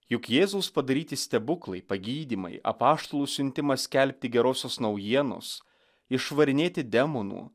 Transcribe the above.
juk jėzaus padaryti stebuklai pagydymai apaštalų siuntimas skelbti gerosios naujienos išvarinėti demonų